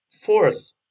fourth